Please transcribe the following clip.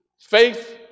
faith